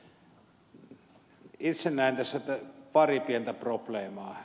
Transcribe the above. itse näen tässä pari pientä probleemaa